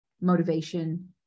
motivation